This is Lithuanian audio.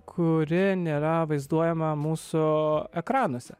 kuri nėra vaizduojama mūsų ekranuose